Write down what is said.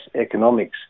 Economics